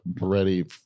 ready